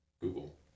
Google